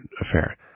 affair